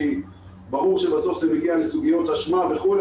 כי ברור שבסוף זה מגיע לסוגיות אשמה וכו'.